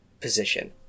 position